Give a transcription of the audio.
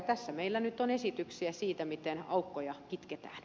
tässä meillä nyt on esityksiä siitä miten aukkoja kitketään